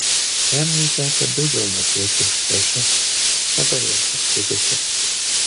pernai tekę daugiau mokėti už trąšas dabar jos atpigusios